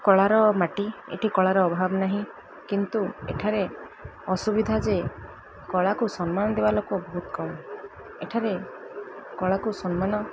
କଳାର ମାଟି ଏଠି କଳାର ଅଭାବ ନାହିଁ କିନ୍ତୁ ଏଠାରେ ଅସୁବିଧା ଯେ କଳାକୁ ସମ୍ମାନ ଦେବା ଲୋକ ବହୁତ କମ୍ ଏଠାରେ କଳାକୁ ସମ୍ମାନ